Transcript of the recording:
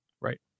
Right